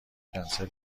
کنسل